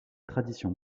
tradition